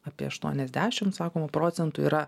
apie aštuoniasdešim sakoma procentų yra